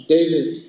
David